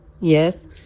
Yes